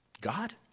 God